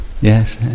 Yes